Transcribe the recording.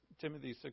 Timothy